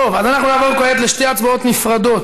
טוב, אז אנחנו נעבור כעת לשתי הצבעות נפרדות.